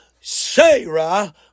Sarah